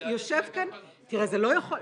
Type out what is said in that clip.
יושב כאן --- זה הליך שהיה קיים כל הזמן.